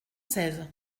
seize